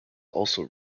also